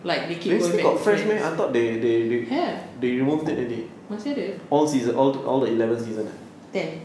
like they keep going back to friends have masih ada ten